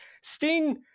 Sting